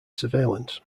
surveillance